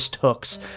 hooks